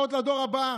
להראות לדור הבא,